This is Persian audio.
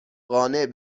قانع